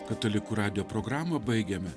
katalikų radijo programą baigiame